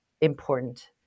important